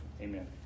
Amen